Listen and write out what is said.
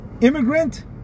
Immigrant